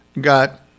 got